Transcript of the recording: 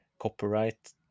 Copyright